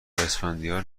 اسفندیار